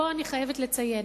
פה אני חייבת לציין: